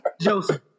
Joseph